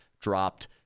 Dropped